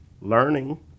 Learning